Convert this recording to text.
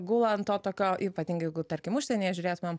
gula ant to tokio ypatingai jeigu tarkim užsienyje žiūrėtumėm